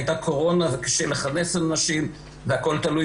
הייתה קורונה וקשה לכנס אנשים והכול תלוי